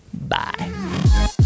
Bye